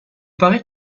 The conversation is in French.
paraît